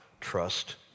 trust